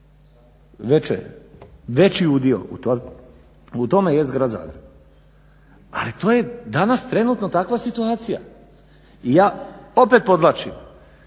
veći udio u tome jest grad Zagreb. Ali to je danas trenutno takva situacija. Ja opet podvlačim